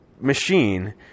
machine